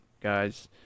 guys